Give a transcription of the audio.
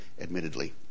admittedly